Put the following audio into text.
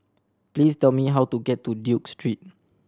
please tell me how to get to Duke Street